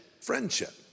friendship